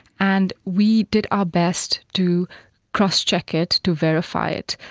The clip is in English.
and we did our best to crosscheck it, to verify it.